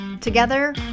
Together